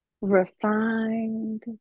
refined